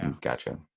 gotcha